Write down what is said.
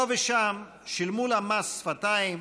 פה ושם שילמו לה מס שפתיים,